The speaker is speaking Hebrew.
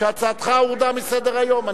שהצעתך הורדה מסדר-היום.